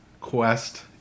quest